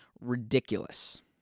ridiculous